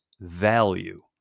value